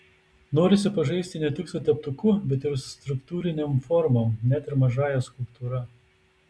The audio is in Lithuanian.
norisi pažaisti ne tik su teptuku bet ir struktūrinėm formom net ir mažąja skulptūra